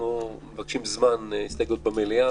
אנחנו מבקשים זמן הסתייגויות במליאה.